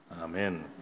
Amen